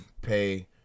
pay